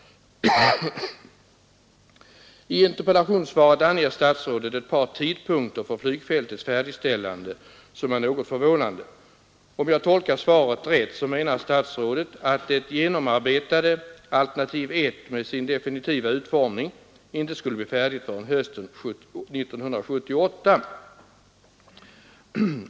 I interpellationssvaret anger statsrådet ett par tidpunkter för flygfältets färdigställande som är något förvånande. Om jag tolkar svaret rätt, så menar statsrådet att det genomarbetade alternativ 1 med sin definitiva utformning inte skulle bli färdigt förrän hösten 1978.